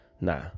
nah